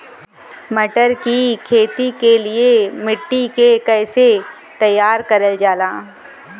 मटर की खेती के लिए मिट्टी के कैसे तैयार करल जाला?